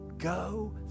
Go